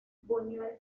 buñuel